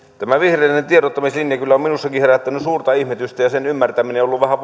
tämä vihreiden tiedottamislinja kyllä on minussakin herättänyt suurta ihmetystä ja sen ymmärtäminen on ollut vähän